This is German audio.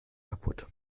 kaputt